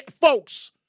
Folks